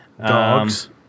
dogs